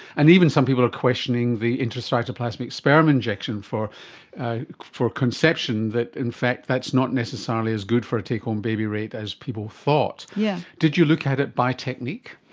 and even some people are questioning the intracytoplasmic sperm injection for for conception, that in fact that's not necessarily as good for a take-home baby rate as people thought. yeah did you look at it by technique?